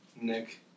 Nick